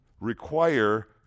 require